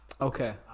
Okay